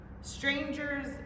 strangers